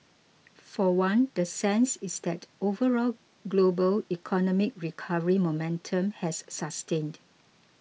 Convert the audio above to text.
for one the sense is that overall global economic recovery momentum has sustained